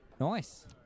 Nice